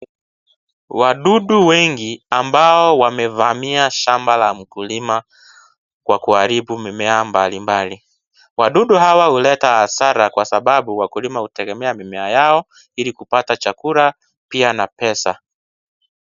Wadudu wengi, ambao wamevamia shamba la mkulima, kwa kuharibu mimea mbali mbali, wadudu hawa huleta hasara kwa sababu wakulima hutegemea mimea yao, ili kupata chakula, pia na pesa.